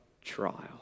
trial